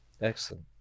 Excellent